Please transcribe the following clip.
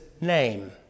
name